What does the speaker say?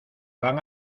van